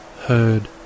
heard